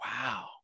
wow